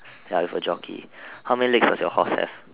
ya with a jockey how many legs does your horse have